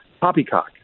poppycock